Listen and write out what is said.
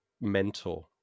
mentor